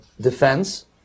defense